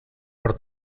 per